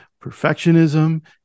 perfectionism